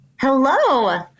Hello